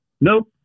Nope